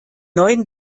neuen